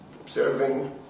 observing